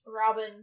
Robin